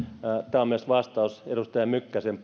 tämä on myös vastaus edustaja mykkäsen